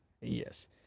Yes